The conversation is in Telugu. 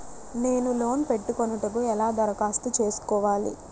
నేను లోన్ పెట్టుకొనుటకు ఎలా దరఖాస్తు చేసుకోవాలి?